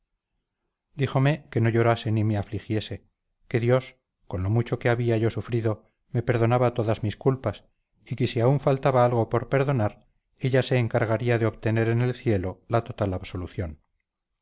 díjome que no llorase ni me afligiese que dios con lo mucho que había yo sufrido me perdonaba todas mis culpas y que si aún faltaba algo por perdonar ella se encargaría de obtener en el cielo la total absolución